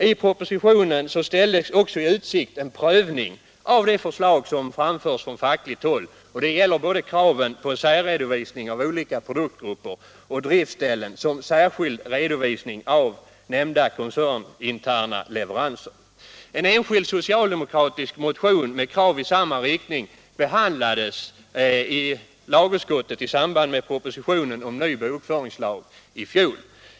I propositionen ställdes också i utsikt en prövning av de förslag som framförts från fackligt håll i vad gäller såväl kraven på särredovisning av olika produktgrupper och driftställen som särskild redovisning av nämnda koncerninterna leveranser. En enskild socialdemokratisk motion med krav i samma riktning behandlades av lagutskottet i samband med propositionen om ny bokföringslag i fjol.